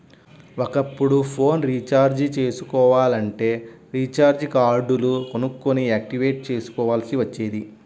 ఒకప్పుడు phone recharge చేసుకోవాలంటే recharge కార్డులు కొనుక్కొని యాక్టివేట్ చేసుకోవాల్సి వచ్చేది